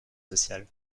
sociale